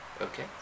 Okay